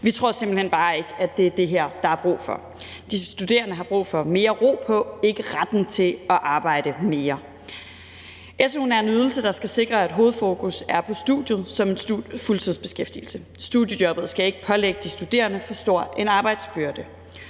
Vi tror simpelt hen bare ikke, at det er det her, der er brug for. De studerende har brug for at få mere ro på, ikke retten til at arbejde mere. Su er en ydelse, der skal sikre, at hovedfokus er på studiet som en fuldtidsbeskæftigelse. Studiejobbet skal ikke pålægge de studerende en for stor arbejdsbyrde.